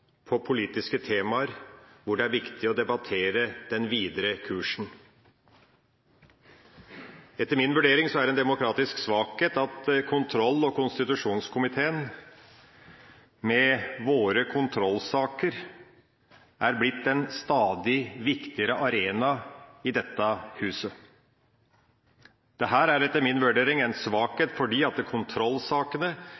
politiske temaer hvor det er viktig å debattere den videre kursen. Etter min vurdering er det en demokratisk svakhet at kontroll- og konstitusjonskomiteen, med sine kontrollsaker, er blitt en stadig viktigere arena i dette huset. Det er etter min vurdering en